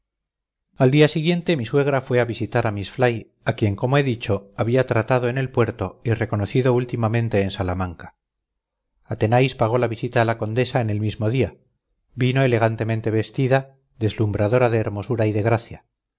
al día siguiente mi suegra fue a visitar a miss fly a quien como he dicho había tratado en el puerto y reconocido últimamente en salamanca athenais pagó la visita a la condesa en el mismo día vino elegantemente vestida deslumbradora de hermosura y de gracia